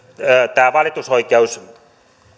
tämä valitusoikeus